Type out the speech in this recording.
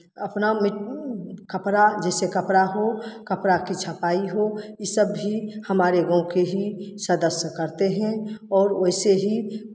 अपना कपड़ा जैसे कपड़ा हो कपड़ा की छपाई हो ये सब भी हमारे गाँव के ही सदस्य करते हैं और वैसे ही